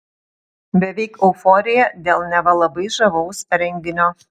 beveik euforija dėl neva labai žavaus renginio